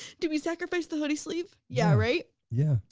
do we sacrifice the hoodie sleeve? yeah, right. yeah,